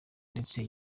ndetse